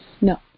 No